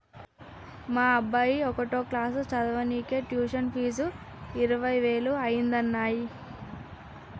మా అబ్బాయి ఒకటో క్లాసు చదవనీకే ట్యుషన్ ఫీజు ఇరవై వేలు అయితన్నయ్యి